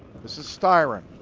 this is styron.